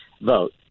vote